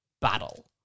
battle